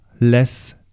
less